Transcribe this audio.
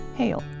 hail